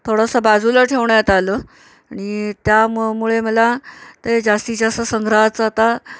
थोडंसं बाजूला ठेवण्यात आलं आणि त्यामं मुळे मला ते जास्तीत जास्त संग्रहाचं आता